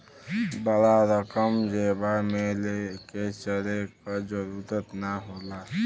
बड़ा रकम जेबा मे ले के चले क जरूरत ना होला